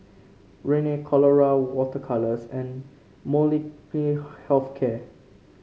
Rene Colora Water Colours and Molnylcke Health Care